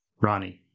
Ronnie